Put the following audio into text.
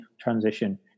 transition